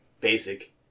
basic